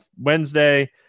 Wednesday